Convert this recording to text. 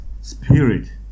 spirit